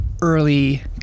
early